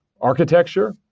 architecture